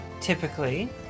typically